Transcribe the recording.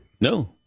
No